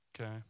okay